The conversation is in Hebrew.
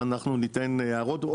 ואנחנו ניתן הערות.